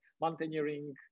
mountaineering